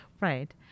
Right